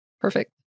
Perfect